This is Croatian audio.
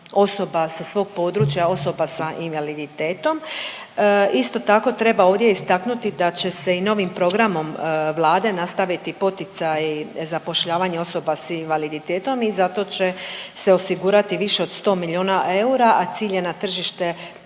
osoba sa svog područja, osoba sa invaliditetom. Isto tako treba ovdje istaknuti da će se i novim programom Vlade nastaviti poticaji zapošljavanja osoba s invaliditetom i za to će se osigurati više od 100 milijuna eura, a cilj je na tržište